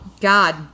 God